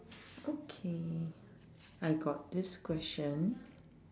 okay I got this question